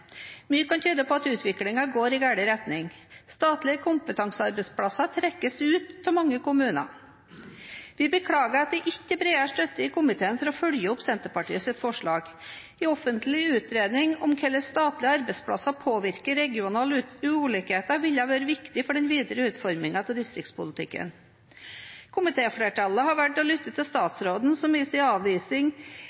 Mye kan tyde på at utviklingen går i gal retning. Statlige kompetansearbeidsplasser trekkes ut av mange kommuner. Vi beklager at det ikke er bredere støtte i komiteen for å følge opp Senterpartiets forslag. En offentlig utredning om hvordan statlige arbeidsplasser påvirker regionale ulikheter, ville vært viktig for den videre utformingen av distriktspolitikken. Komitéflertallet har valgt å lytte til